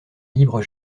libre